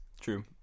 True